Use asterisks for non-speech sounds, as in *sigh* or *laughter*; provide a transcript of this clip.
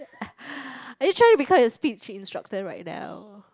*breath* are you try to become a speech instructor right now